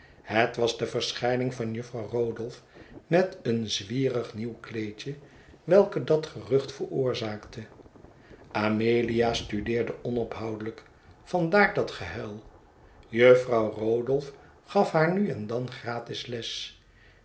het was de verschijning van jufvrouw rodolph met een zwi'erig nieuw kleedje welke dat gerucht veroorzaakte amelia studeerde onophoudelijk vandaar dat gehuil jufvrouw rodolph gaf haar nu en dan gratis